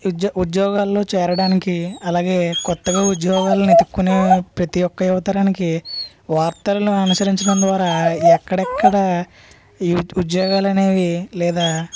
ఇద్యో ఉద్యోగాలలో చేరడానికి అలాగే కొత్తగా ఉద్యోగాలను వెతుక్కునే ప్రతి ఒక యువతరానికి వార్తలను అనుసరించడం ద్వారా ఎక్కడెక్కడ ఈ ఉద్యోగాలు అనేవి లేదా